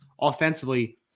Offensively